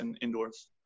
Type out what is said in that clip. indoors